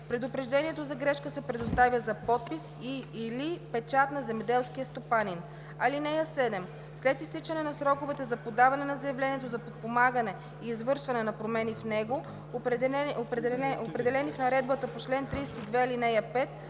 Предупреждението за грешка се предоставя за подпис и/или печат на земеделския стопанин. (7) След изтичането на сроковете за подаване на заявлението за подпомагане и извършване на промени в него, определени в наредбата по чл. 32, ал. 5,